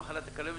אחוזת ברק,